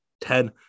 Ten